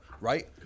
right